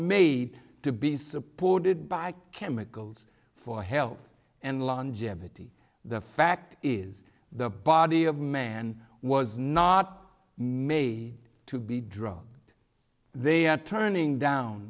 made to be supported by chemicals for health and longevity the fact is the body of man was not made to be drugged they had turning down